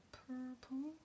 purple